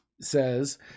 says